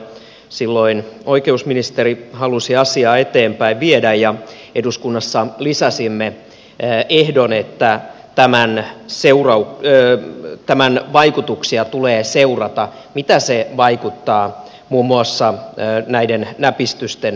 silloin oikeusministeri halusi asiaa eteenpäin viedä ja eduskunnassa lisäsimme ehdon että tämän vaikutuksia tulee seurata miten se vaikuttaa muun muassa näiden näpistysten määrään